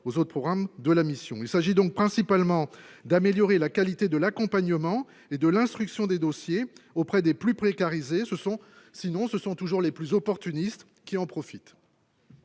aux autres programmes de la mission, il s'agit donc principalement d'améliorer la qualité de l'accompagnement et de l'instruction des dossiers auprès des plus précarisée se sont, sinon ce sont toujours les plus opportunistes qui en profite.